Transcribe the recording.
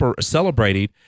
celebrating